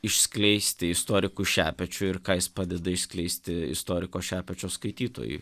išskleisti istorikui šepečiu ir ką jis padeda išskleisti istoriko šepečio skaitytojui